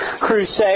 crusade